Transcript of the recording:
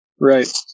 Right